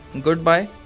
goodbye